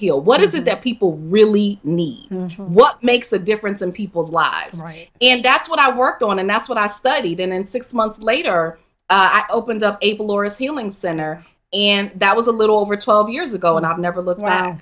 heal what is it that people really need what makes a difference in people's lives and that's what i work on and that's what i study then and six months later i opened up able or is healing center and that was a little over twelve years ago and i've never